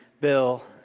Bill